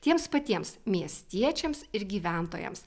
tiems patiems miestiečiams ir gyventojams